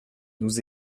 nous